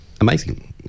Amazing